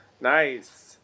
Nice